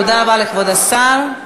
אדוני השר,